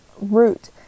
root